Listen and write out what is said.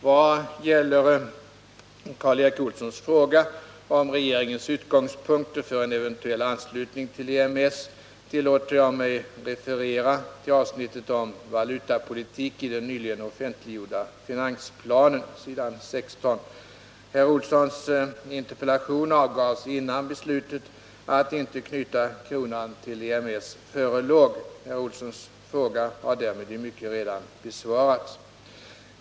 Vad gäller Karl Erik Olssons fråga om regeringens utgångspunkter för en eventuell anslutning till EMS, tillåter jag mig referera till avsnittet om valutapolitik i den nyligen offentliggjorda finansplanen . Herr Olssons interpellation avgavs innan beslutet att inte knyta kronan till EMS förelåg. Herr Olssons fråga har därmed i mycket redan besvarats.